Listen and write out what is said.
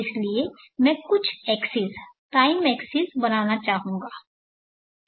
इसलिए मैं कुछ एक्सिस टाइम एक्सिस बनाना चाहूंगा